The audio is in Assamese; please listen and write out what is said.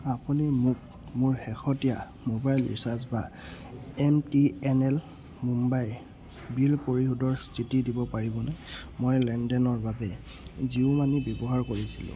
আপুনি মোক মোৰ শেহতীয়া মোবাইল ৰিচাৰ্জ বা এম টি এন এল মুম্বাইৰ বিল পৰিশোধৰ স্থিতি দিব পাৰিবনে মই লেনদেনৰ বাবে জিঅ' মানি ব্যৱহাৰ কৰিছিলো